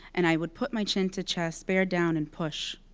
and i would put my chin to chest, bare down, and push.